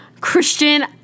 Christian